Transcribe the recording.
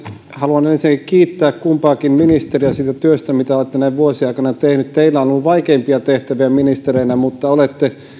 haluan ensinnäkin kiittää kumpaakin ministeriä siitä työstä mitä olette näiden vuosien aikana tehneet teillä on ollut vaikeimpia tehtäviä ministereinä mutta olette